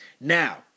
Now